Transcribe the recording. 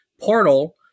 Portal